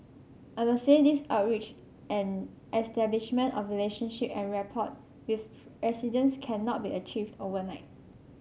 I must say these outreach and establishment of relationship and rapport with residents cannot be achieved overnight